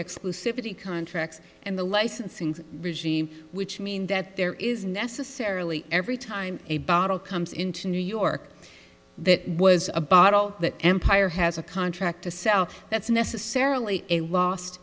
exclusivity contracts and the licensing regime which mean that there is necessarily every time a battle comes into new york that was a battle that empire has a contract to sell that's necessarily a lost